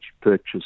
purchase